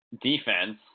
Defense